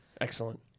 Excellent